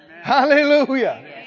Hallelujah